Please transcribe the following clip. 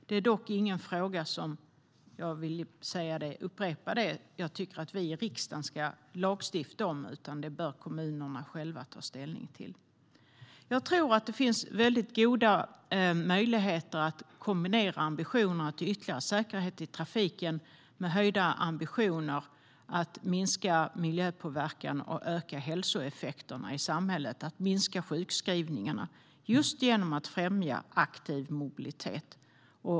Det är dock - jag vill upprepa det - ingen fråga som jag tycker att vi i riksdagen ska lagstifta om, utan det bör kommunerna själva ta ställning till. Jag tror att det finns goda möjligheter att kombinera ambitionerna om ytterligare säkerhet i trafiken med höjda ambitioner att minska miljöpåverkan, öka hälsoeffekterna i samhället och minska sjukskrivningarna just genom att främja aktiv mobilitet.